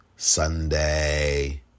Sunday